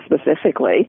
specifically